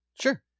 sure